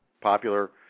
popular